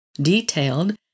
detailed